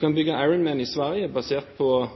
kan bygge Ironman i Sverige basert på